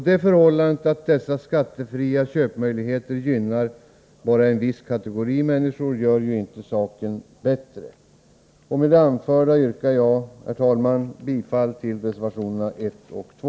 Det förhållandet att dessa skattefria köpmöjligheter gynnar bara en viss kategori människor gör ju inte saken bättre. Med det anförda yrkar jag, herr talman, bifall till reservationerna 1 och 2.